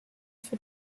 für